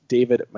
David